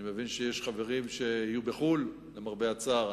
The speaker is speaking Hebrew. אני מבין שיש חברים שיהיו בחו"ל, למרבה הצער.